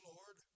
Lord